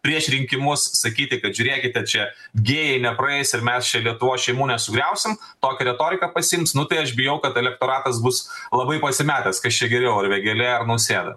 prieš rinkimus sakyti kad žiūrėkite čia gėjai nepraeis ir mes čia lietuvos šeimų nesugriausim tokią retoriką pasiims nu tai aš bijau kad elektoratas bus labai pasimetęs kas čia geriau ar vėgėlė nausėda